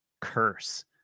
curse